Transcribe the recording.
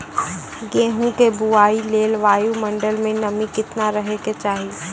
गेहूँ के बुआई लेल वायु मंडल मे नमी केतना रहे के चाहि?